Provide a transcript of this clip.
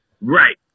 Right